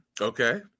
Okay